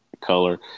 color